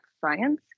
science